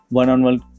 one-on-one